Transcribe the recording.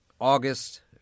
August